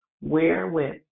wherewith